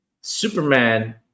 Superman